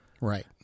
right